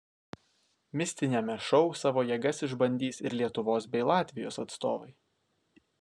mistiniame šou savo jėgas išbandys ir lietuvos bei latvijos atstovai